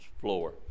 floor